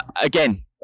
again